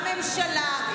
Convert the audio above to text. בממשלה.